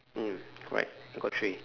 mm correct got three